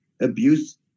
abuse